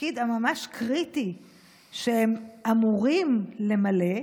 לתפקיד הממש-קריטי שהם אמורים למלא,